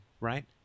right